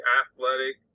athletic